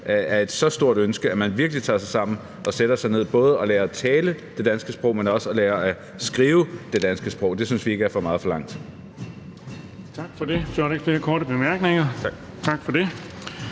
noget, der gør, at man virkelig tager sig sammen og sætter sig ned og både lærer at tale det danske sprog, men også lærer at skrive det danske sprog. Det synes vi ikke er for meget forlangt.